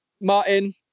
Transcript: Martin